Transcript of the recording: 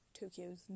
Tokyo's